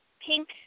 pink